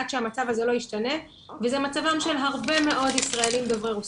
עד שהמצב הזה לא ישתנה וזה מצבם של הרבה מאוד ישראלים דוברי רוסית,